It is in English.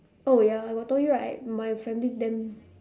oh ya I got told you right my family damn